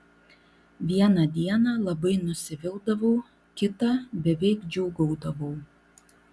vieną dieną labai nusivildavau kitą beveik džiūgaudavau